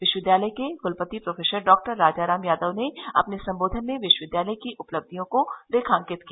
विश्वविद्यालय के कुलपति प्रो डॉ राजाराम यादव ने अपने सम्बोधन में विश्वविद्यालय की उपलब्धियों को रेखांकित किया